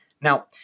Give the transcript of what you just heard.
Now